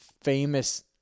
famous